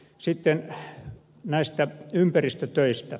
sitten ympäristötöistä